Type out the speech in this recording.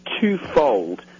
twofold